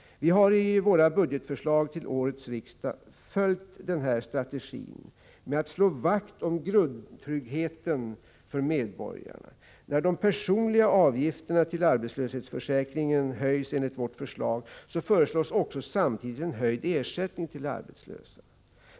Vi har i våra budgetförslag till årets riksdag följt strategin med att slå vakt om grundtryggheten för medborgarna. När de personliga avgifterna till arbetslöshetsförsäkringen höjs enligt vårt förslag föreslås också samtidigt en höjd ersättning till de arbetslösa.